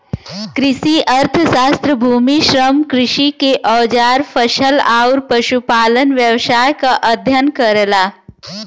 कृषि अर्थशास्त्र भूमि, श्रम, कृषि के औजार फसल आउर पशुपालन व्यवसाय क अध्ययन करला